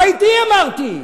אתה אתי, אמרתי.